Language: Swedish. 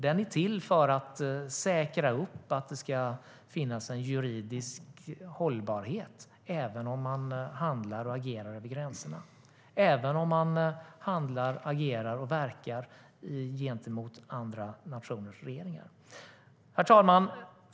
Den är till för att säkra att det ska finnas en juridisk hållbarhet även om man handlar och agerar över gränserna, även om man handlar, agerar och verkar gentemot andra nationers regeringar. Herr talman!